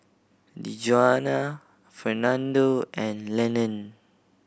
Djuana Fernando and Lenon